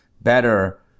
better